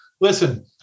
listen